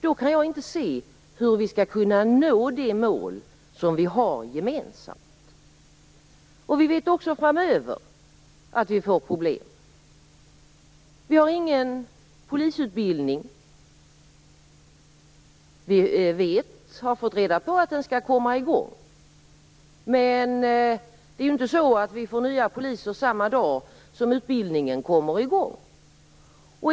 Då kan jag inte se hur vi skall kunna nå det mål som vi har gemensamt. Vi vet också att vi även framöver får problem. Vi har ingen polisutbildning. Vi har fått reda på att utbildningen skall komma i gång, men vi får ju inte nya poliser samma dag som den gör det.